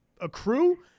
accrue